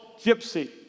gypsy